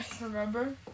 Remember